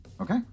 Okay